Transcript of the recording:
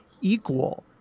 equal